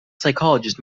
psychologist